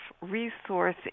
resource